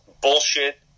bullshit